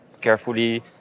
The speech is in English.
carefully